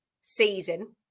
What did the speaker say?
season